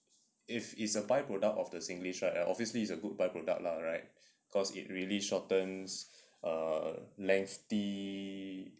if it is a byproduct of the singlish right and obviously it's a good byproduct lah right cause it really shortens uh lengthy